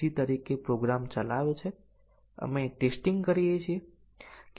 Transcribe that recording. અને તેથી અમારું MCDC ટેસ્ટીંગ કેસ 1 2 3 4 અને 7 હશે